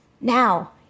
Now